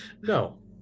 No